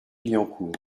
billancourt